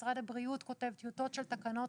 משרד הבריאות כותב עכשיו טיוטות של תקנות